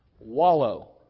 wallow